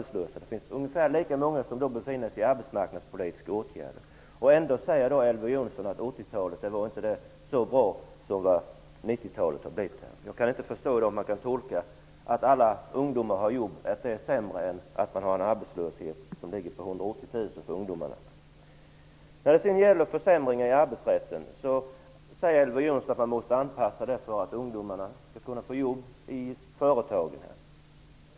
Det finns ungefär lika många som befinner sig i arbetsmarknadspolitiska åtgärder. Ändå säger Elver Jonsson att 80-talet inte var så bra som 90-talet har blivit. Jag kan inte förstå hur man kan tolka det som sämre att alla ungdomar har jobb än en ungdomsarbetslöshet som ligger på 180 000. När det gäller försämringarna i arbetsrätten säger Elver Jonsson att man måste anpassa den för att ungdomarna skall kunna få jobb i företagen.